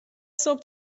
صبح